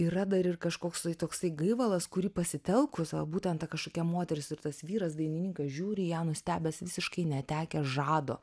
yra dar ir kažkoksai toksai gaivalas kurį pasitelkus būtent ta kažkokia moteris ir tas vyras dainininkas žiūri į ją nustebęs visiškai netekę žado